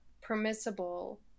permissible